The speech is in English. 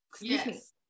Yes